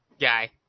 guy